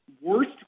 worst